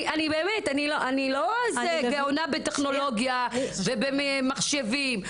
אני לא איזה גאונה בטכנולוגיה ובמחשבים,